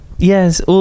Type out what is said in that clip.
Yes